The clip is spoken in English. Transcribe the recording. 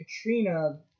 Katrina